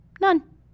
none